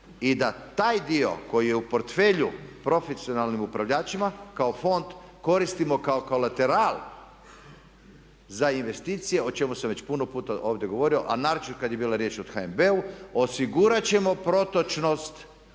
i da taj dio koji je u portfelju profesionalnim upravljačima kao fond koristimo kao kalateral za investicije o čemu sam već puno puta ovdje govorio a naročito kad je bilo riječ o HNB-u, osigurat ćemo protočnost